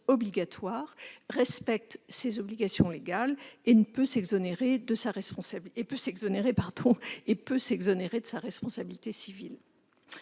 obligatoires respecte ses obligations légales et peut s'exonérer de sa responsabilité civile.